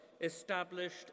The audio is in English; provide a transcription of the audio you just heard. established